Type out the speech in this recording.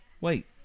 wait